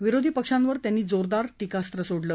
विरोधी पक्षांवर त्यांनी जोरदार टीकास्र सोडलं